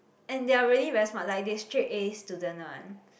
and they are really very smart like they straight As student one